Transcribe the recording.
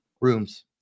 rooms